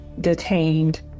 detained